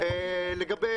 לגבי